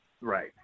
Right